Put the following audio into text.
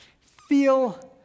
feel